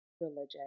religion